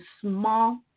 small